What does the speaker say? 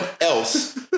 else